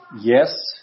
yes